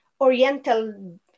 oriental